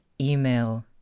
email